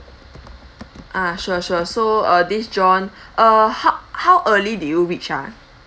ah sure sure so uh this john uh how how early did you reach ah